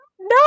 No